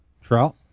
trout